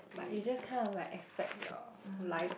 like you just kind of like expect your life to